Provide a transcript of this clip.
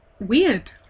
weird